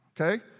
okay